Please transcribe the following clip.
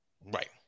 Right